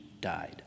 died